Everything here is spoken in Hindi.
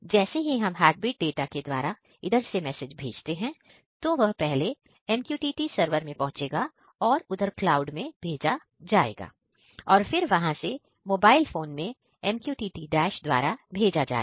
जैसे ही हम हार्टबीट डाटा के द्वारा इधर से मैसेज भेजते हैं तो वह पहले MQTT सरवर में पहुंचेगा और उधर क्लाउड मै भेजा जाएगा होगा और फिर वहां से मोबाइल फोन में MQTT DASH द्वारा भेजा जाएगा